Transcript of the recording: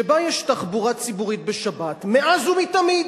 שבה יש תחבורה ציבורית בשבת מאז ומתמיד.